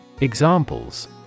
Examples